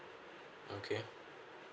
okay